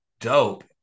dope